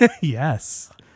Yes